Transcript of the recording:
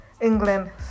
england